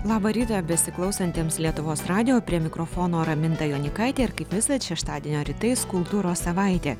labą rytą besiklausantiems lietuvos radijo prie mikrofono raminta jonykaitė ir kaip visad šeštadienio rytais kultūros savaitė